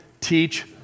teach